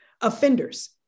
offenders